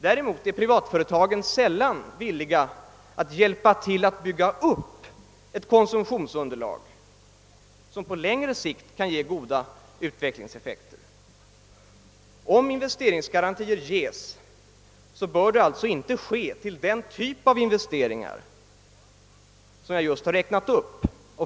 Däremot är privatföretagen sällan villiga att hjälpa till att bygga upp ett konsumtionsunderlag som på längre sikt kan ge goda utvecklingseffekter. Om investeringsgarantier ges bör de alltså inte avse den typ av investeringar som jag nyss räknat upp.